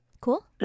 Cool